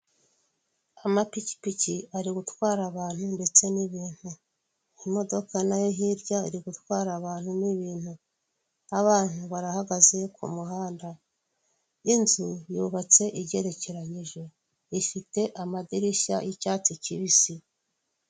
Amapikipiki ari gutwara abantu n'ibintu. Imodoka nayo hirya iri gutwara abantu n'ibintu. Abantu barahagaze kumuhanda. Inzu yubatse igerekeranyije, ifite amadirishya y'icyatsi kibisi.